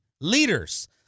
leaders